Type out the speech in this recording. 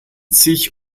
sich